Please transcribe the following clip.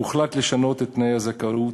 לשנות את תנאי הזכאות